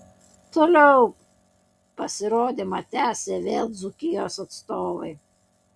toliau pasirodymą tęsė vėl dzūkijos atstovai